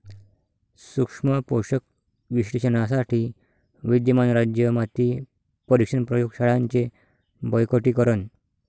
सूक्ष्म पोषक विश्लेषणासाठी विद्यमान राज्य माती परीक्षण प्रयोग शाळांचे बळकटीकरण